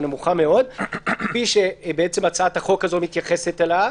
כפי שהצעת החוק הזו מתייחסת אליו.